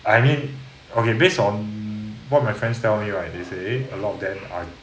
I mean okay based on what my friends tell me right they say a lot of them are